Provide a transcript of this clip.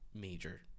major